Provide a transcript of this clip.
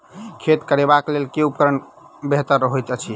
खेत कोरबाक लेल केँ उपकरण बेहतर होइत अछि?